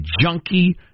junkie